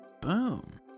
Boom